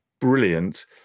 Brilliant